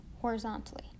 horizontally